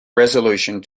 resolution